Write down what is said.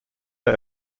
der